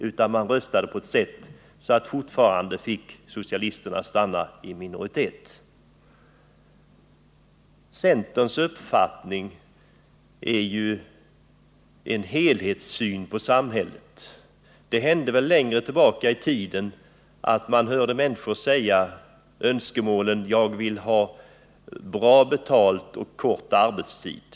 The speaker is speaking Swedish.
Valet gav ju till resultat att socialisterna kom i minoritet. Centern försöker se samhället som en helhet. Förr i tiden hörde man människor säga att de ville ha bra betalt och kort arbetstid.